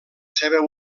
seva